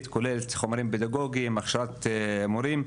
כולל חומרים פדגוגיים והכשרת מורים.